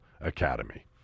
Academy